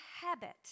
habit